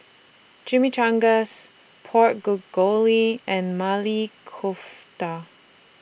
Chimichangas Pork and Maili Kofta